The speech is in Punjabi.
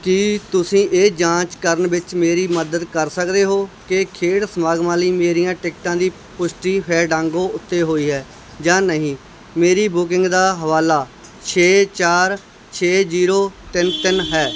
ਕੀ ਤੁਸੀਂ ਇਹ ਜਾਂਚ ਕਰਨ ਵਿੱਚ ਮੇਰੀ ਮਦਦ ਕਰ ਸਕਦੇ ਹੋ ਕਿ ਖੇਡ ਸਮਾਗਮ ਲਈ ਮੇਰੀਆਂ ਟਿਕਟਾਂ ਦੀ ਪੁਸ਼ਟੀ ਫੈਂਡਾਂਗੋ ਉੱਤੇ ਹੋਈ ਹੈ ਜਾਂ ਨਹੀਂ ਮੇਰੀ ਬੁਕਿੰਗ ਦਾ ਹਵਾਲਾ ਛੇ ਚਾਰ ਛੇ ਜੀਰੋ ਤਿੰਨ ਤਿੰਨ ਹੈ